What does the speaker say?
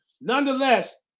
Nonetheless